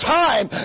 time